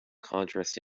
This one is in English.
contrast